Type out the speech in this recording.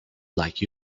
like